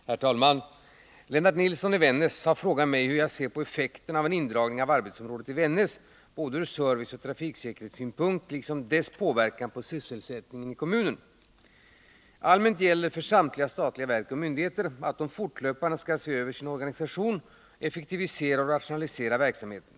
Herr talman! Lennart Nilsson i Vännäs har frågat mig hur jag ser på effekterna av en indragning av arbetsområdet i Vännäs både ur serviceoch trafiksäkerhetssynpunkt liksom dess påverkan på sysselsättningen i kommunen. Allmänt gäller för samtliga statliga verk och myndigheter att de fortlöpande skall se över sin organisation samt effektivera och rationalisera verksamheten.